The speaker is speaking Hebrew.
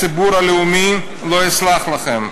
הציבור הלאומי לא יסלח לכם.